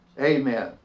Amen